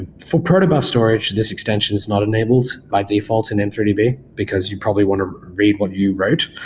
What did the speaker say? and for protobuff storage, this extension is not enabled by default in m three d b because you probably want to read what you wrote.